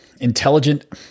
intelligent